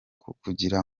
kugira